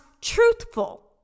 truthful